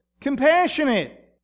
Compassionate